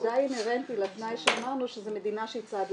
דיי אינהרנטי לתנאי שאמרנו שזו מדינה שהיא צד לאמנה.